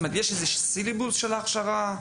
יש איזה שהוא סילבוס של ההכשרה?